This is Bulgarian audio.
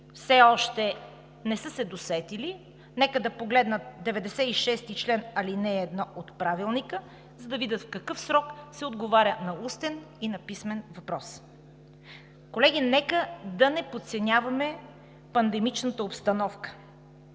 все още не са се досетили – нека да погледнат чл. 96, ал. 1 от Правилника, за да видят в какъв срок се отговаря на устен и на писмен въпрос. Колеги, нека да не подценяваме пандемичната обстановка